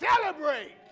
Celebrate